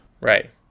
Right